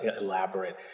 elaborate